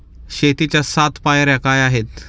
शेतीच्या सात पायऱ्या काय आहेत?